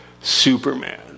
Superman